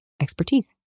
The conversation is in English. expertise